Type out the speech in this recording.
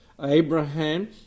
Abraham